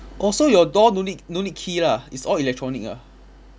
orh so your door no need no need key lah it's all electronic ah